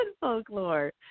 folklore